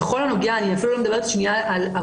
אני אפילו לא מדברת על עוון,